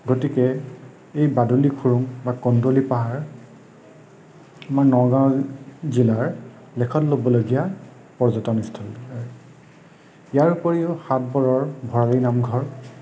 গতিকে এই বাদুলী খুৰুঙ বা কন্দলি পাহাৰ আমাৰ নগাওঁ জিলাৰ লেখত ল'বলগীয়া পৰ্যটনীস্থলী হয় ইয়াৰ উপৰিও হাতবৰৰ ভঁৰালী নামঘৰ